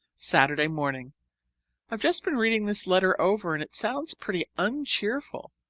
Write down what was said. saturday morning i've just been reading this letter over and it sounds pretty un-cheerful.